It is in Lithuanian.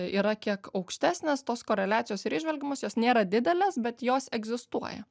yra kiek aukštesnės tos koreliacijos ir įžvelgiamos jos nėra didelės bet jos egzistuoja